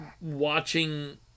watching